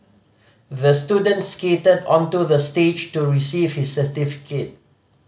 the student skated onto the stage to receive his certificate